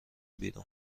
بیرون